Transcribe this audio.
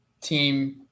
team